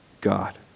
God